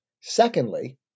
Secondly